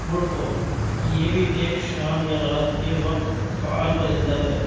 woodcock یہ بھی ایک شام یا رات کے وقت فعال پرندہ ہے